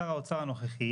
שר האוצר הנוכחי,